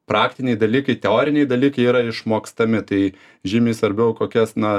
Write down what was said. praktiniai dalykai teoriniai dalykai jie yra išmokstami tai žymiai svarbiau kokias na